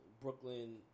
Brooklyn